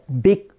big